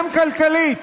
גם כלכלית,